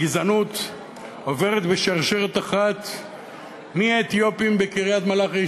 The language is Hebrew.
הגזענות עוברת בשרשרת אחת מהאתיופים בקריית-מלאכי,